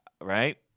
right